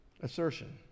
assertion